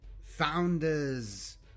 Founders